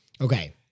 Okay